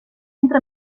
entre